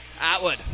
Atwood